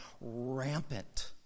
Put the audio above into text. rampant